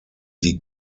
die